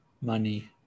money